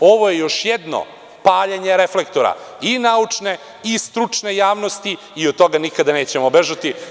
Ovo je još jedno paljenje reflektora i naučne i stručne javnosti i od toga nikada nećemo bežati.